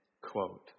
quote